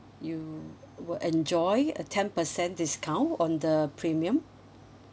you will enjoy a ten percent discount on the premium